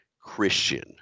Christian